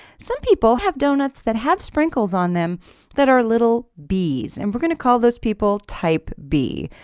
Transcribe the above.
some people have donuts that have sprinkles on them that are little b's and we're going to call those people type b.